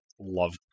love